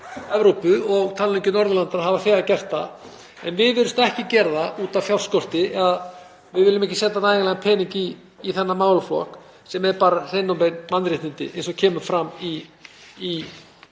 nú ekki um Norðurlöndin, virðast þegar hafa gert það, en við viljum ekki gera það út af fjárskorti eða við viljum ekki setja nægan pening í þennan málaflokk sem eru bara hrein og bein mannréttindi, eins og kemur fram í